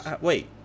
Wait